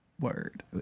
word